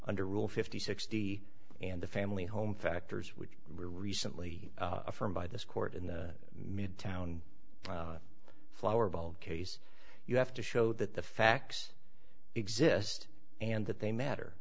under rule fifty sixty and the family home factors which recently from by this court in the midtown flower bowl case you have to show that the facts exist and that they matter